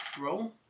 roll